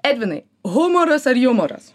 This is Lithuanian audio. edvinai humoras ar jumoras